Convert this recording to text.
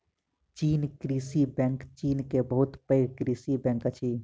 चीन कृषि बैंक चीन के बहुत पैघ कृषि बैंक अछि